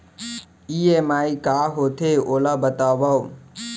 EMI का होथे, ओला बतावव